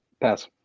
Pass